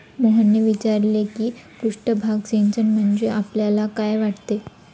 मोहनने विचारले की पृष्ठभाग सिंचन म्हणजे आपल्याला काय वाटते?